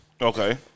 Okay